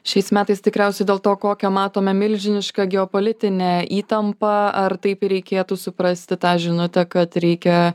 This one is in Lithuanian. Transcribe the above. šiais metais tikriausiai dėl to kokią matome milžinišką geopolitinę įtampą ar taip ir reikėtų suprasti tą žinutę kad reikia